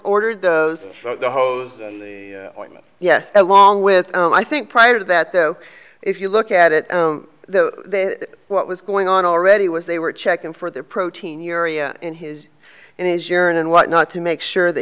ordered those hoes yes along with i think prior to that though if you look at it what was going on already was they were checking for their proteinuria in his in his urine and whatnot to make sure that